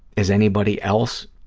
as anybody else,